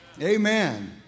Amen